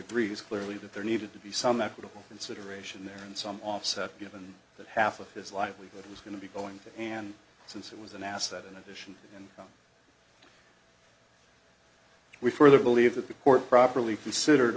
agrees clearly that there needed to be some equitable consideration there in some offset given that half of his livelihood was going to be going to and since it was an asset in addition and we further believe that the court properly considered